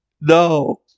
no